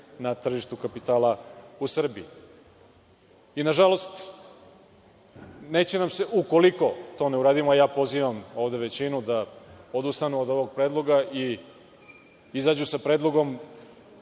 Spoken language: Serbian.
na tržištu kapitala u Srbiji? Nažalost, ukoliko to ne uradimo, a ja pozivam ovde većinu da odustanu od ovog predloga, i izađu sa predlogom